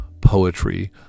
poetry